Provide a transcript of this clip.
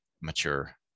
mature